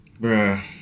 Bruh